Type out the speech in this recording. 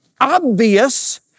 obvious